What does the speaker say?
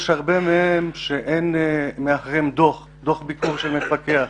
יש הרבה מהם שאין מאחוריהם דוח ביקור של מפקח,